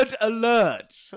alert